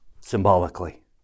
symbolically